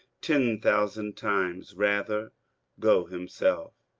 ten thousand times rather go himself.